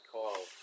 Kyle